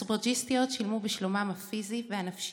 הסופרג'יסטיות שילמו בשלומן הפיזי והנפשי,